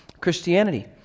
Christianity